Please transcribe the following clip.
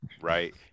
right